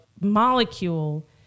molecule